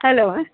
hello